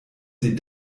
sie